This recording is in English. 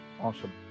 Awesome